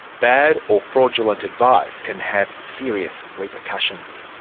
bad or fraudulent advice can have serious repercussions.